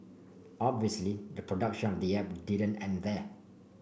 obviously the production of the app didn't end there